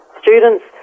students